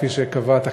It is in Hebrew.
כפי שקבעת,